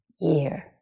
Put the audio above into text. year